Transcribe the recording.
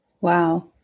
Wow